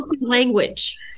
language